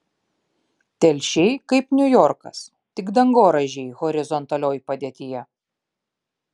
telšiai kaip niujorkas tik dangoraižiai horizontalioj padėtyje